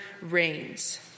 reigns